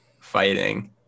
fighting